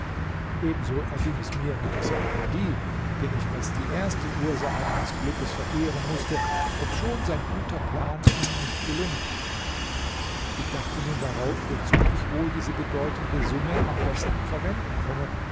ebenso erging es mir mit saadi den ich als die erste ursache meines glückes verehren mußte obschon sein guter plan ihm nicht gelungen war ich dachte nun darauf wozu ich wohl diese bedeutende summe am besten verwenden könne